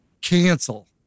cancel